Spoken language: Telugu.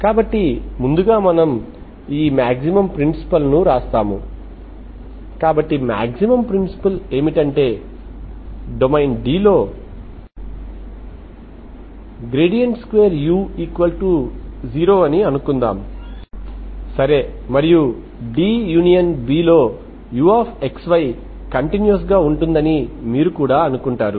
కాబట్టి ముందుగా మనం ఈ మాక్సిమం ప్రిన్సిపుల్ ను వ్రాస్తాము కాబట్టి మాక్సిమం ప్రిన్సిపుల్ ఏమిటంటే డొమైన్ D లో 2u0 అని అనుకుందాం సరే మరియు D∪B లో uxy కంటిన్యూవస్ గా ఉంటుందని మీరు కూడా అనుకుంటారు